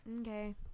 Okay